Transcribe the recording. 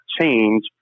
change